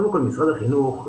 משרד החינוך,